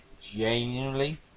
genuinely